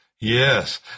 Yes